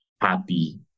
happy